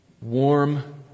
Warm